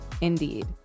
Indeed